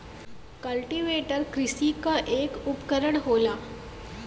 cultivator कृषि क एक उपकरन होला